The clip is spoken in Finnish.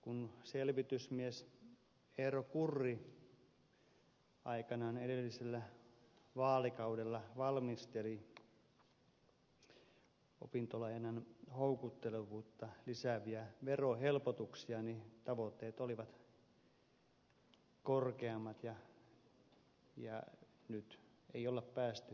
kun selvitysmies eero kurri aikanaan edellisellä vaalikaudella valmisteli opintolainan houkuttelevuutta lisääviä verohelpotuksia niin tavoitteet olivat korkeat eikä asetettuihin tavoitteisiin ole päästy